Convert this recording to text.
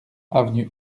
avenue